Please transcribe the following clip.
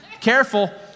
Careful